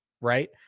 Right